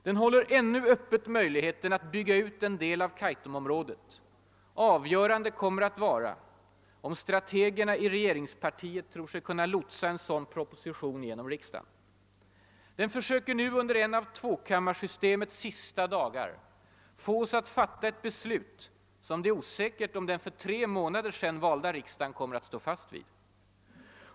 Den håller ännu öppen möjligheten att bygga ut en del av Kaitumområdet. Avgörande kommer att vara, om strategerna i regeringspartiet tror sig kunna lotsa en sådan proposition genom riksdagen. Den försöker nu, under en av tvåkammarsystemets sista dagar, få oss att fatta ett beslut som det är osäkert om den för tre månader sedan valda riksdagen kommer att stå fast vid.